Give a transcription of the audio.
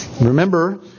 Remember